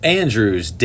andrews